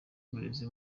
uburezi